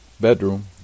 bedroom